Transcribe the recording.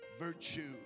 virtue